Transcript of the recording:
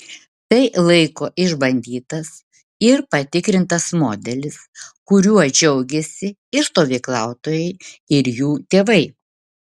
tai laiko išbandytas ir patikrintas modelis kuriuo džiaugiasi ir stovyklautojai ir jų tėvai